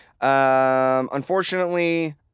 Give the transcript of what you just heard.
unfortunately